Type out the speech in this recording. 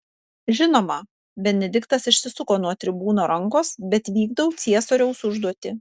žinoma benediktas išsisuko nuo tribūno rankos bet vykdau ciesoriaus užduotį